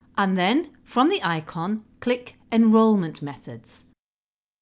and then from the icon click enrolment methods.